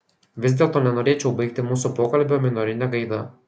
vis dėlto nenorėčiau baigti mūsų pokalbio minorine gaida